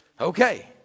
Okay